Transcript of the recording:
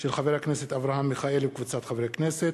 של חבר הכנסת אברהם מיכאלי וקבוצת חברי הכנסת,